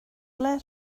ble